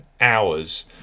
hours